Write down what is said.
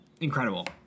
Incredible